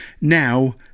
Now